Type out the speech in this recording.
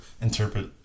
interpret